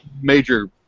major